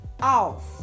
off